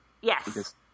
Yes